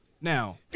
now